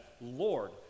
Lord